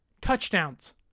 touchdowns